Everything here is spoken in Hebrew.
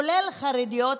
כולל חרדיות,